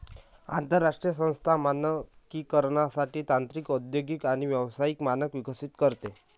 आंतरराष्ट्रीय संस्था मानकीकरणासाठी तांत्रिक औद्योगिक आणि व्यावसायिक मानक विकसित करते